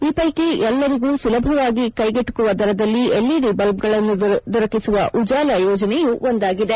ಈ ಪೈಕಿ ಎಲ್ಲರಿಗೂ ಸುಲಭವಾಗಿ ಕೆಗೆಟುಕುವ ದರದಲ್ಲಿ ಎಲ್ಇಡಿ ಬಲ್ಬ್ಗಳನ್ನು ದೊರಕಿಸುವ ಉಜಾಲ ಯೋಜನೆಯೂ ಒಂದಾಗಿದೆ